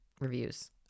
reviews